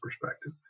perspective